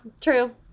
true